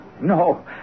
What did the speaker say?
no